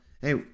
hey